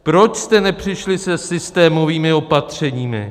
Proč jste nepřišli se systémovými opatřeními?